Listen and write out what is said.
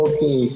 Okay